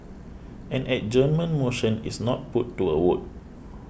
an adjournment motion is not put to a vote